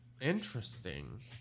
Interesting